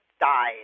died